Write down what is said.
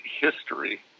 history